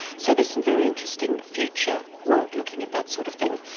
so there's some very interesting future work looking at that sort of thing,